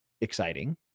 exciting